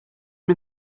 one